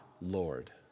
Lord